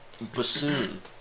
bassoon